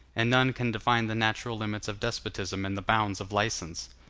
and none can define the natural limits of despotism and the bounds of license.